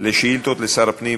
לשאילתות לשר הפנים.